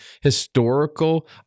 historical